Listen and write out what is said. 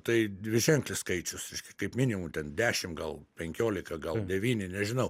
tai dviženklis skaičius reiškia kaip minimum ten dešim gal penkiolika gal devyni nežinau